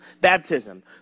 baptism